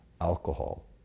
alcohol